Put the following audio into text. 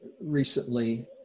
recently